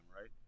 right